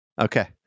Okay